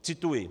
Cituji.